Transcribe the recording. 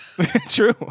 true